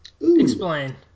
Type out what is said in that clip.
Explain